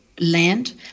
land